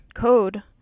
code